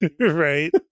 right